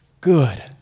good